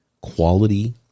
quality